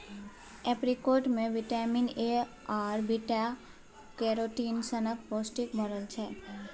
apricot मे vitamin A आर beta carotene सनक पौष्टिक भरल छै